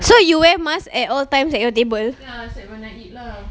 so you wear mask at all times at your table